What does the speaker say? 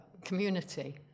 community